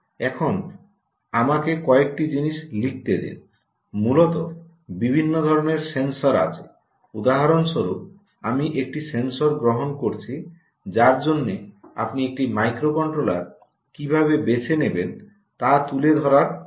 এখন আমাকে কয়েকটি জিনিস লিখতে দিন মূলত বিভিন্ন ধরণের সেন্সর আছে উদাহরণ স্বরূপ আমি একটি সেন্সর গ্রহণ করেছি যার জন্য আপনি একটি মাইক্রোকন্ট্রোলার কীভাবে বেছে নেবেন তা তুলে ধরার জন্য